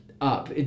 up